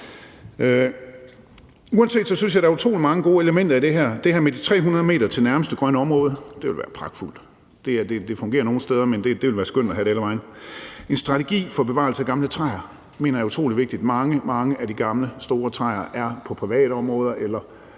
Uanset hvad synes jeg, der er utrolig mange gode elementer i det her. Der er det her med 300 m til nærmeste grønne område; det ville være pragtfuldt. Det fungerer nogle steder, men det ville være skønt at have det alle vegne. Der er det med en strategi for bevarelse af gamle træer; det mener jeg er utrolig vigtigt. Der er mange af de gamle, store træer, der står på private områder. De er